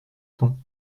ton